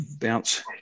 bounce